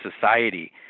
society